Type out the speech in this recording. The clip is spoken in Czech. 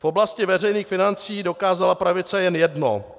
V oblasti veřejných financí dokázala pravice jen jedno.